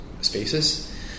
spaces